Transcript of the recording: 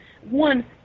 one